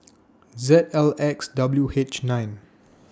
Z L X W H nine